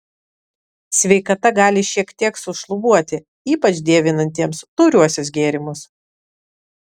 sveikata gali šiek tiek sušlubuoti ypač dievinantiems tauriuosius gėrimus